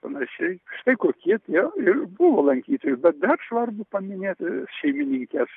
panašiai štai kokie tie ir buvo lankytojai bet dar svarbu paminėt šeimininkes